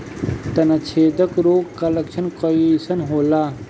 तना छेदक रोग का लक्षण कइसन होला?